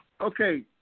okay